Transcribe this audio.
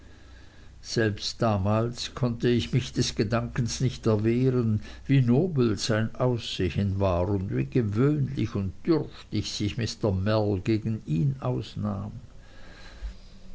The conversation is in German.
selbst damals konnte ich mich des gedankens nicht erwehren wie nobel sein aussehen war und wie gewöhnlich und dürftig sich mr mell gegen ihn ausnahm